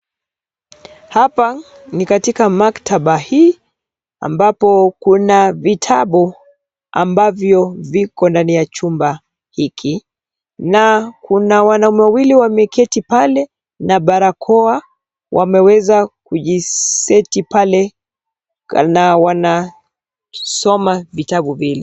Hapa ni katika maktaba hii ambapo kuna vitabu ambavyo viko ndani ya chumba hiki na kuna wanaume wawili wameketi pale na barakao na wameweza kujiseti pale na wanasoma vitabu vile.